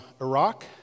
Iraq